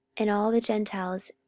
and all the gentiles,